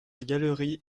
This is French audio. galerie